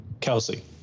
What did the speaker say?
Kelsey